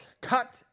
cut